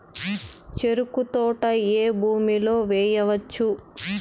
చెరుకు తోట ఏ భూమిలో వేయవచ్చు?